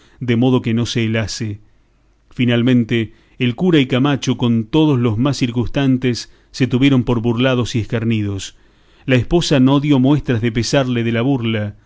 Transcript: de modo que no se helase finalmente el cura y camacho con todos los más circunstantes se tuvieron por burlados y escarnidos la esposa no dio muestras de pesarle de la burla